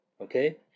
Okay